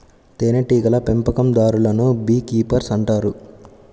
తేనెటీగల పెంపకందారులను bee keepers అంటారు